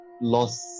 lost